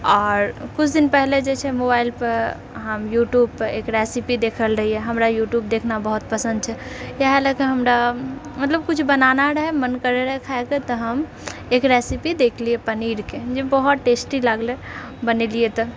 आओर कुछ दिन पहिले जे छै मोबाइल पर हम यूट्यूब पर एक रेसिपी देखने रहियै हमरा यूट्यूब देखना बहुत पसन्द छै इएह लए कऽ हमरा मतलब कुछ बनाना रहै मन करै रहै खाइकऽ तऽ हम एक रेसिपी देखलियै पनीर के जे बहुत टेस्टी लागलै बनेलियै तऽ